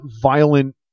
violent